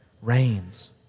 reigns